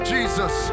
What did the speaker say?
Jesus